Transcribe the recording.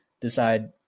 decide